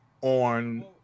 on